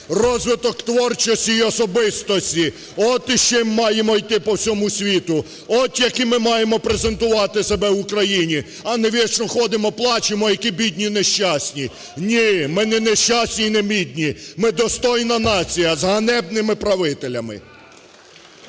розвиток творчості і особистості от із чим маємо йти по всьому світу, от, які ми маємо презентувати себе Україні, а не вічно ходимо плачемо, які бідні, нещасні. Ні, ми не нещасті і не бідні, ми – достойна нація з ганебними правителями.